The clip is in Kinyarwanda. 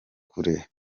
kure